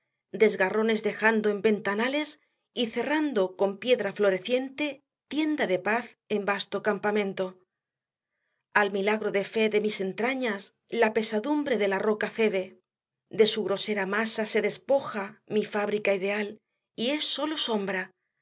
desgarrones dejando en ventanales y cerrando con piedra floreciente tienda de paz en vasto campamento al milagro de fe de mis entrañas la pesadumbre de la roca cede de su grosera masa se despoja mi fábrica ideal y es solo sombra